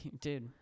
Dude